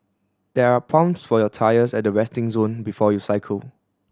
there are pumps for your tyres at the resting zone before you cycle